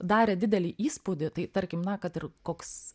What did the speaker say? darė didelį įspūdį tai tarkim na kad ir koks